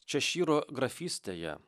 češyro grafystėje